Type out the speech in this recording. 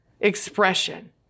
Expression